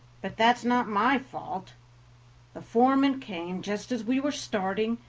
but that's not my fault the foreman came just as we were starting,